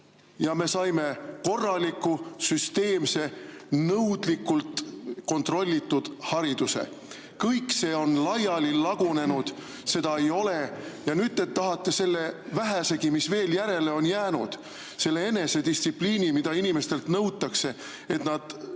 Me saime korraliku, süsteemse, nõudlikult kontrollitud hariduse. Kõik see on laiali lagunenud, seda ei ole, ja nüüd te tahate selle vähesegi, mis veel järele on jäänud, selle enesedistsipliini, mida inimestelt nõutakse, et nad